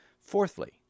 Fourthly